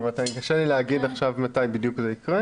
קשה לי להגיד עכשיו מתי בדיוק זה יקרה.